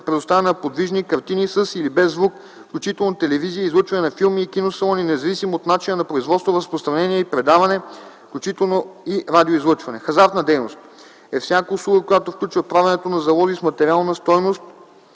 предоставяне на подвижни картини със или без звук, включително телевизия и излъчване на филми в киносалони, независимо от начина на производство, разпространение и предаване, включително и радиоизлъчване. 16. „Хазартна дейност” е всяка услуга, която включва правенето на залози с материална стойност